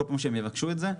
בכל פעם שהם יבקשו את זה.